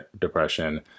depression